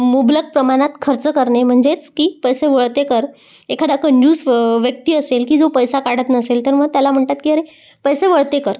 मुबलक प्रमाणात खर्च करणे म्हणजेच की पैसे वळते कर एखादा कंजूस व्यक्ती असेल की जो पैसा काढत नसेल तर मग त्याला म्हणतात की अरे पैसे वळते कर